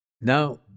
Now